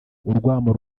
urwamo